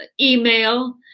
email